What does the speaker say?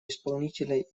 исполнительной